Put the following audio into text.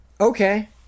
Okay